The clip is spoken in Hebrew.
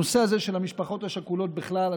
הנושא הזה של המשפחות השכולות בכלל,